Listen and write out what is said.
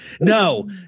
no